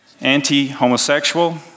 anti-homosexual